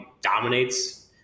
dominates